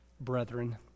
brethren